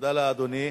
תודה לאדוני.